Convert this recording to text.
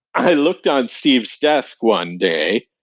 i looked on steve's desk one day,